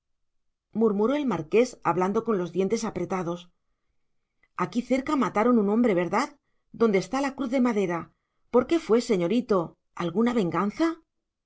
murmuró el marqués hablando con los dientes apretados aquí cerca mataron un hombre verdad donde está la cruz de madera por qué fue señorito alguna venganza